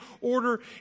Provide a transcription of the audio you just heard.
order